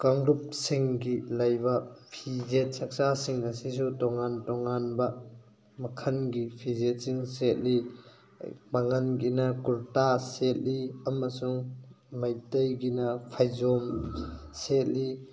ꯀꯥꯡꯂꯨꯞꯁꯤꯡꯒꯤ ꯂꯩꯕ ꯐꯤꯖꯦꯠ ꯆꯛꯆꯥꯁꯤꯡ ꯑꯁꯤꯁꯨ ꯇꯣꯉꯥꯟ ꯇꯣꯉꯥꯟꯕ ꯃꯈꯜꯒꯤ ꯐꯤꯖꯦꯠꯁꯤꯡ ꯁꯦꯠꯂꯤ ꯄꯥꯉꯜꯒꯤꯅ ꯀꯨꯔꯇꯥ ꯁꯦꯠꯂꯤ ꯑꯃꯁꯨꯡ ꯃꯩꯇꯩꯒꯤꯅ ꯐꯩꯖꯣꯝ ꯁꯦꯠꯂꯤ